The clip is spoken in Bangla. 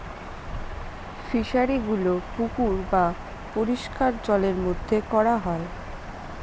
ফিশারিগুলো পুকুর বা পরিষ্কার জলের মধ্যে করা হয়